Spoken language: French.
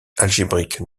algébrique